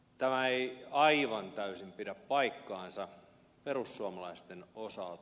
tämä ei aivan täysin pidä paikkaansa perussuomalaisten osalta